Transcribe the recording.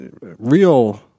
real